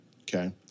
okay